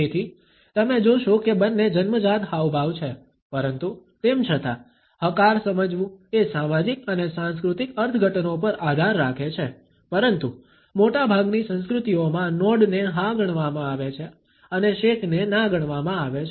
તેથી તમે જોશો કે બંને જન્મજાત હાવભાવ છે પરંતુ તેમ છતા હકાર સમજવુ એ સામાજિક અને સાંસ્કૃતિક અર્થઘટનો પર આધાર રાખે છે પરંતુ મોટાભાગની સંસ્કૃતિઓમાં નોડ ને હા ગણવામાં આવે છે અને શેક ને ના ગણવામાં આવે છે